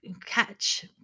catch